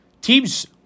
Teams